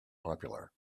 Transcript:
popular